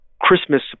Christmas